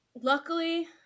Luckily